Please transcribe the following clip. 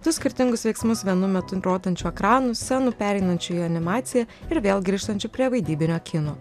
du skirtingus veiksmus vienu metu rodančių ekranų scenų pereinančių į animaciją ir vėl grįžtančių prie vaidybinio kino